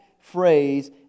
phrase